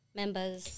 members